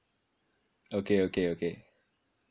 okay okay okay